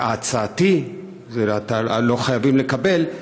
והצעתי, לא חייבים לקבל,